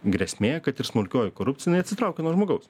grėsmė kad ir smulkioji korupcija inai atsitraukia nuo žmogaus